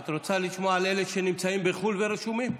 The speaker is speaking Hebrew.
את רוצה לשמוע על אלה שנמצאים בחו"ל ורשומים?